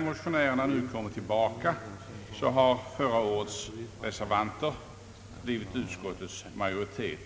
motionärerna nu kommer tillbaka har förra årets reservanter blivit utskottets majoritet.